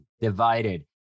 divided